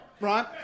right